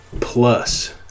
plus